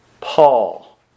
Paul